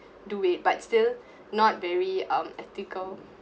do it but still not very um ethical